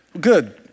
Good